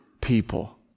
people